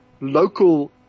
Local